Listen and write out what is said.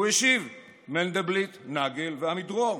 והוא השיב: מנדלבליט, נגל ועמידרור.